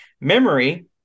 memory